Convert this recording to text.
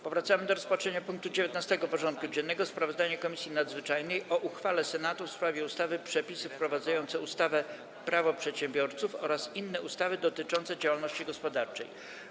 Powracamy do rozpatrzenia punktu 19. porządku dziennego: Sprawozdanie Komisji Nadzwyczajnej o uchwale Senatu w sprawie ustawy Przepisy wprowadzające ustawę Prawo przedsiębiorców oraz inne ustawy dotyczące działalności gospodarczej.